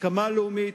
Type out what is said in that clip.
הסכמה לאומית,